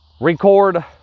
record